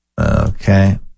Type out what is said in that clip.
okay